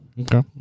Okay